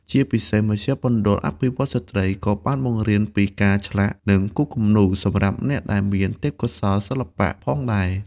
ជាពិសេស មជ្ឈមណ្ឌលអភិវឌ្ឍន៍ស្ត្រីក៏បានបង្រៀនពីការឆ្លាក់ និងគូរគំនូរ សម្រាប់អ្នកដែលមានទេពកោសល្យសិល្បៈផងដែរ។